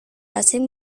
asing